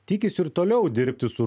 tikisi ir toliau dirbti su